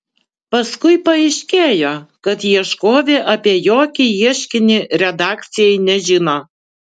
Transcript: paskui paaiškėjo kad ieškovė apie jokį ieškinį redakcijai nežino